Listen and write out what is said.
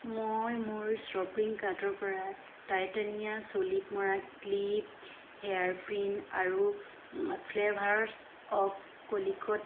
মই মোৰ শ্বপিং কাৰ্টৰ পৰা টাইটানিয়া চুলিত মৰা ক্লিপ হেয়াৰ পিন আৰু ফ্লেভাৰছ অৱ কলিকট